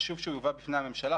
חשוב שהוא יובא בפני הממשלה,